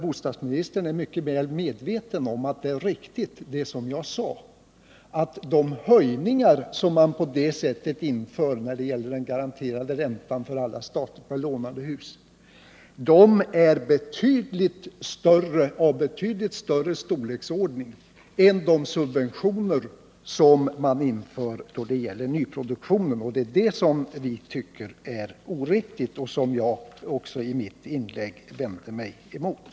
Bostadsministern är mycket väl medveten om att det jag sade är riktigt; de höjningar man på det sättet inför när det gäller den garanterade räntan för alla statligt belånade hus är av betydligt större storleksordning än de subventioner som man inför då det gäller nyproduktionen. Det är detta vi tycker är oriktigt och det är detta jag vände mig mot i mitt inlägg.